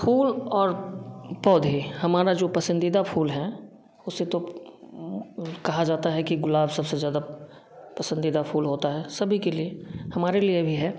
फूल और पौधे हमारे जो पसंदीदा फूल है उसे तो कहा जाता है कि गुलाब सबसे ज्यादा पसंदीदा फूल होता है सभी के लिए हमारे लिए भी है